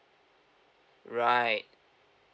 right